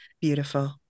Beautiful